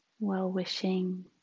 well-wishing